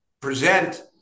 present